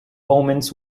omens